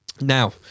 Now